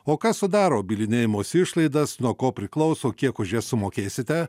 o kas sudaro bylinėjimosi išlaidas nuo ko priklauso kiek už jas sumokėsite